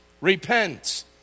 Repent